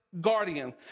guardian